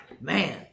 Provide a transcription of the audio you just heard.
Man